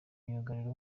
myugariro